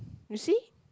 you see